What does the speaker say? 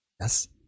Yes